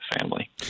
family